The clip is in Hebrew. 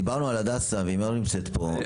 דיברנו על הדסה, והיא לא נמצאת פה.